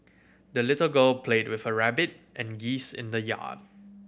the little girl played with her rabbit and geese in the yard